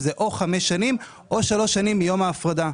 זה או חמש שנים או שלוש שנים מיום ההפרדה,